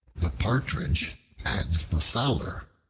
the partridge and the fowler